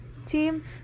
team